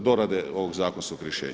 dorade ovog zakonskog rješenja.